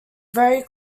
very